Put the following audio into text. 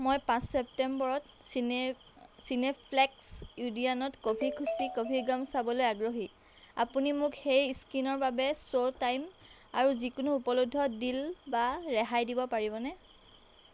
মই পাঁচ ছেপ্টেম্বৰত চিনে চিনেপ্লেক্স ওডিয়নত কভি খুশি কভি গম চাবলৈ আগ্ৰহী আপুনি মোক সেই স্ক্ৰীনিঙৰ বাবে শ্ব' টাইম আৰু যিকোনো উপলব্ধ ডিল বা ৰেহাই দিব পাৰিবনে